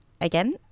again